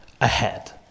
ahead